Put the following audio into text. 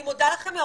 אני מודה לכם,